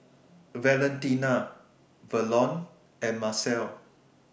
Valentina Verlon and Marcel